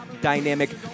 Dynamic